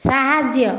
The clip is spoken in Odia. ସାହାଯ୍ୟ